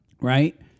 right